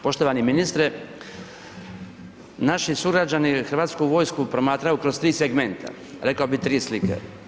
Poštovani ministre, naši sugrađani Hrvatsku vojsku promatraju kroz tri segmenta, rekao bi tri slike.